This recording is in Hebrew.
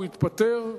הוא התפטר,